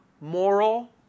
moral